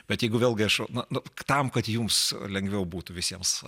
bet jeigu vėlgi aš na na tam kad jums lengviau būtų visiems